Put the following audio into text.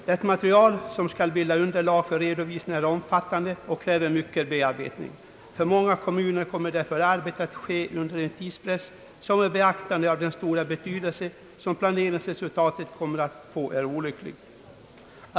Det material som skall bilda underlag för redovisningen är omfattande och kräver mycken bearbetning. För många kommuner kommer därför arbetet att ske under en tidspress som med beaktande av den stora betydelse som planeringsresultatet kommer att få är olycklig.